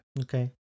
okay